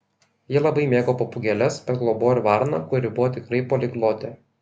ji labai mėgo papūgėles bet globojo ir varną kuri buvo tikra poliglotė